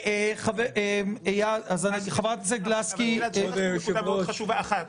כבוד היושב-ראש,